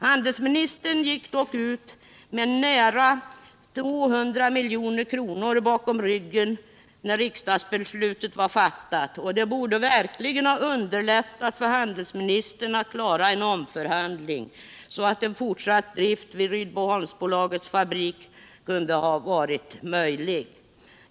Handelsministern gick dock ut med nära 200 milj.kr. bakom ryggen när riksdagsbeslutet var fattat, och det borde verkligen ha underlättat för honom att klara en omförhandling, så att en fortsatt drift vid Rydboholmsbolagets fabrik varit möjlig.